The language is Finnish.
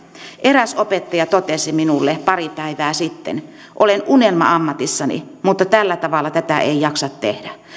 eräs opettaja totesi minulle pari päivää sitten olen unelma ammatissani mutta tällä tavalla tätä ei jaksa tehdä